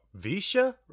Visha